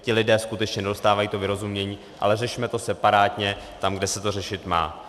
Ti lidé skutečně nedostávají vyrozumění, ale řešme to separátně tam, kde se to řešit má.